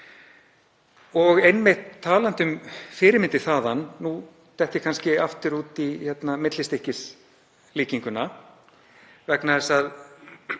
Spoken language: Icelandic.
Og talandi um fyrirmyndir þaðan, nú dett ég kannski aftur út í millistykkislíkinguna vegna þess að